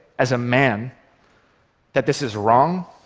as a man that this is wrong,